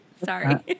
Sorry